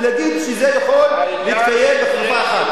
ולהגיד שזה יכול להתקיים בכפיפה אחת.